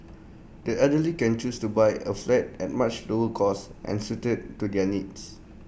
the elderly can choose to buy A flat at much lower cost and suited to their needs